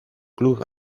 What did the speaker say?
club